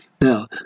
Now